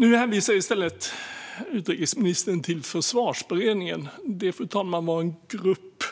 Nu hänvisar i stället utrikesministern till Försvarsberedningen som, fru talman, var en grupp